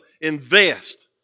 invest